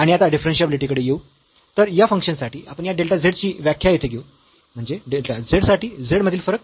आणि आता डिफरन्शियाबिलिटी कडे येऊ तर या फंक्शन साठी आपण या डेल्टा z ची व्याख्या येथे घेऊ म्हणजे डेल्टा z साठी z मधील फरक